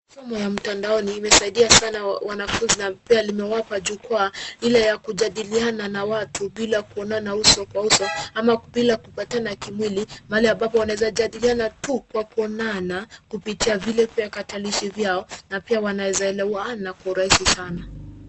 Somo ya mtandaoni limesaidia sana wanafunzi Na pia limewapea jukwaa ile ya kujadiliana Na watu bila kuonana uso Kwa uso ama bila kupatana kimwili mahali amabapo wanaeza jadiliana tu Kwa kuonana kupitia vile tarakilishi vyao Na pia wanaeza elewana Kwa urahisi sana